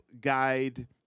guide